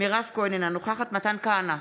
מירב כהן, אינה נוכחת מתן כהנא,